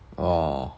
orh